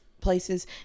places